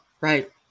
right